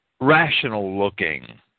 rational-looking